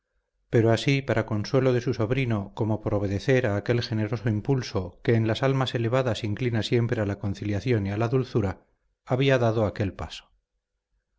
pero así para consuelo de su sobrino como por obedecer a aquel generoso impulso que en las almas elevadas inclina siempre a la conciliación y a la dulzura había dado aquel paso